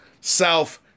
South